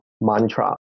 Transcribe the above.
mantra